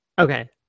Okay